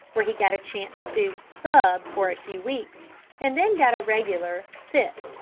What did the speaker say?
where he got a chance to sub for a few weeks and then got a regular sit.